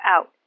out